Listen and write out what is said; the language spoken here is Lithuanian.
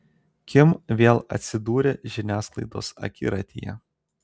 kim vėl atsidūrė žiniasklaidos akiratyje